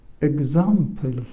example